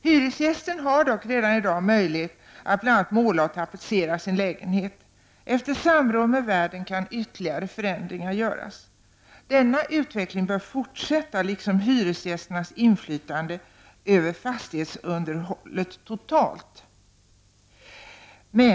Hyresgästen har dock redan i dag möjlighet att bl.a. måla och tapetsera sin lägenhet. Efter samråd med värden kan ytterligare förändringar göras. Denna utveckling bör fortsätta liksom hyresgästernas inflytande över fastighetsunderhållet totalt.